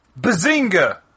Bazinga